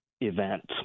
event